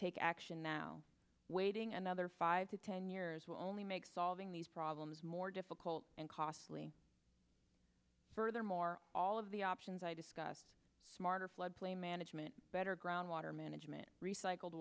take action now waiting another five to ten years will only make solving these problems more difficult and costly furthermore all of the options i discuss smarter floodplain management better ground water management recycled